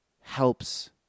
helps